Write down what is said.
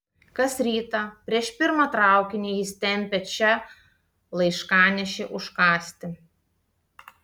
kas rytą prieš pirmą traukinį jis tempia čia laiškanešį užkąsti